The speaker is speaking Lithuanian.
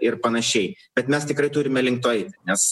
ir panašiai bet mes tikrai turime link to eiti nes